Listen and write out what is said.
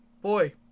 boy